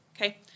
okay